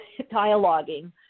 dialoguing